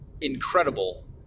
incredible